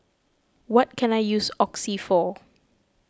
what can I use Oxy for